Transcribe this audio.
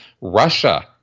Russia